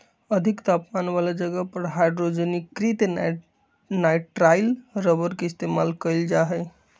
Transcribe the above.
अधिक तापमान वाला जगह पर हाइड्रोजनीकृत नाइट्राइल रबर के इस्तेमाल कइल जा हई